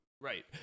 Right